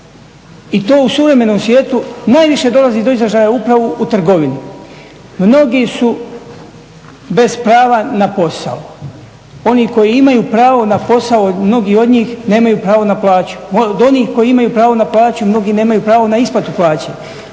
i to u suvremenom svijetu najviše dolazi do izražaja upravo u trgovini. Mnogi su bez prava na posao. Oni koji imaju pravo na posao, mnogi od njih nemaju pravo na plaću. Od onih koji imaju pravo na plaću mnogi nemaju pravo na isplatu plaće.